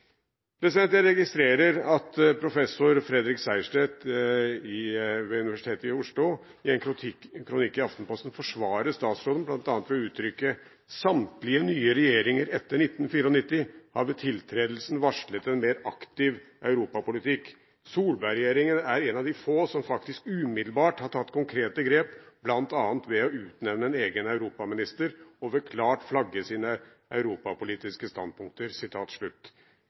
Jeg registrerer at professor Fredrik Sejersted ved Universitetet i Oslo i en kronikk i Aftenposten forsvarer statsråden ved bl.a. å uttrykke: «Samtlige nye regjeringer etter 1994 har ved tiltredelsen varslet en mer «aktiv europapolitikk». Solberg-regjeringen er en av de få som faktisk umiddelbart har tatt konkrete grep, blant annet ved å utnevne en egen europaminister og ved klart å flagge sine europapolitiske standpunkter.»